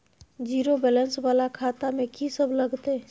Zero balance वाला खाता में की सब लगतै?